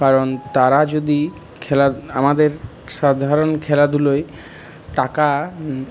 কারণ তারা যদি খেলার আমাদের সাধারণ খেলাধুলোয় টাকা